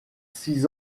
six